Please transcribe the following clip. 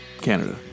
Canada